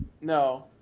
no